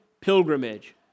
pilgrimage